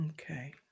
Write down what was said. okay